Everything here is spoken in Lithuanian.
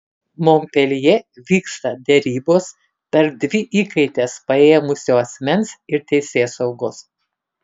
monpeljė vyksta derybos tarp dvi įkaites paėmusio asmens ir teisėsaugos